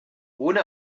ohne